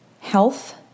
health